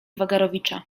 wagarowicza